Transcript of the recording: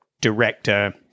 director